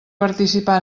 participar